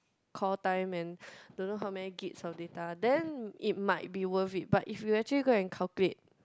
call time and don't know how many Gits of data then it might be worth it but if you actually go and calculate